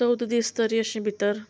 चवदा दीस तरी अशें भितर